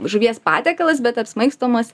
žuvies patiekalas bet apsmaigstomas